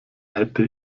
hätte